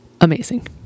Amazing